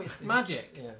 magic